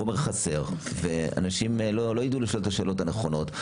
חומר חסר ואנשים לא ידעו לשאלו את השאלות הנכונות.